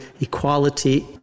equality